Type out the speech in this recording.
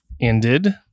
ended